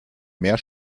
mehr